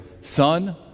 Son